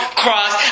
cross